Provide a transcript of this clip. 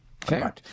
Fair